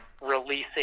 releasing